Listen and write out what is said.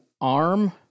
arm